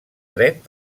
dret